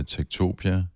Tektopia